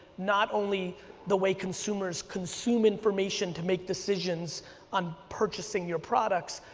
not only the way consumers consume information to make decisions on purchasing your products,